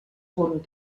punt